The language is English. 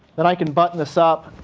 then i can button this up,